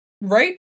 right